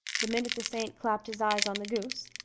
the minute the saint clapt his eyes on the goose,